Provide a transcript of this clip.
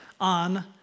on